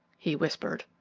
he whispered.